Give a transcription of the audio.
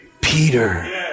Peter